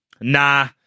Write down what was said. Nah